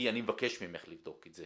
אני מבקש ממך לבדוק את זה